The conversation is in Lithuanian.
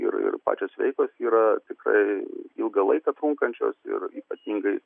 ir ir pačios veikos yra tikrai ilgą laiką trunkančios ir ypatingai